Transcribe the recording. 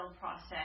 process